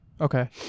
okay